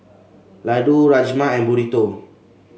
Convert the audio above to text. Ladoo Rajma and Burrito